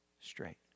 straight